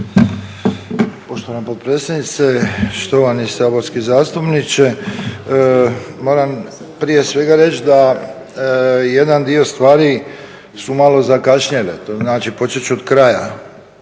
Poštovana potpredsjednice, štovani saborski zastupniče. Moram prije svega reći da jedan dio stvari su malo zakašnjele. To znači počet ću od kraja.